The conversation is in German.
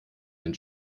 ein